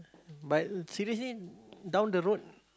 but seriously down the road